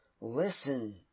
Listen